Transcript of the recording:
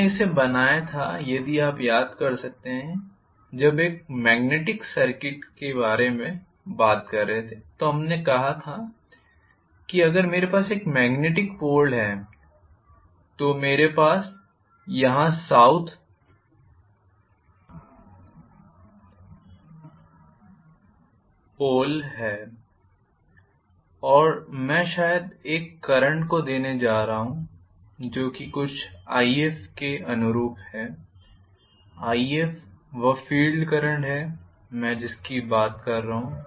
हमने इसे बनाया था यदि आप याद कर सकते हैं जब हम मेग्नेटिक सर्किट के बारे में बात कर रहे थे तो हमने कहा था कि अगर मेरे पास एक मेग्नेटिक पोल है तो मेरे पास यहाँ साउथ पोल है और मैं शायद एक करंट को देने जा रहा हूं जो कि कुछ If के अनुरूप है If वह फील्ड करंट है मैं जिसकी बात कर रहा हूं